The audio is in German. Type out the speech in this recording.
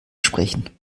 sprechen